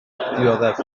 dioddef